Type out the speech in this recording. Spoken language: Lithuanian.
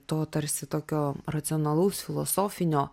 to tarsi tokio racionalaus filosofinio